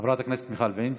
חברת הכנסת מיכל וונש.